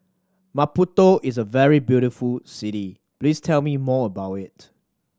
Maputo is a very beautiful city please tell me more about it